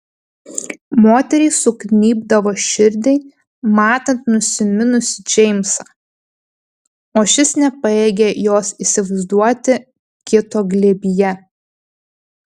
moteriai sugnybdavo širdį matant nusiminusį džeimsą o šis nepajėgė jos įsivaizduoti kito glėbyje